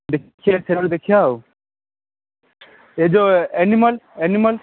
ଦେଖିବା ସେଇଟା ବି ଦେଖିବା ଆଉ ଏ ଯେଉଁ ଆନିମଲ୍ ଆନିମଲ୍